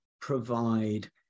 provide